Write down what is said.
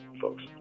folks